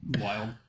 Wild